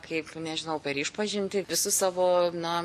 kaip nežinau per išpažintį visus savo na